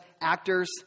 actors